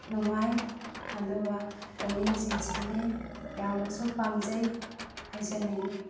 ꯅꯨꯡꯉꯥꯏ ꯑꯗꯨꯒ ꯄꯨꯛꯅꯤꯡ ꯆꯤꯡꯁꯤꯜꯂꯤ ꯌꯥꯝꯅꯁꯨ ꯄꯥꯝꯖꯩ ꯍꯥꯏꯖꯅꯤꯡꯏ